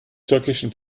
türkischen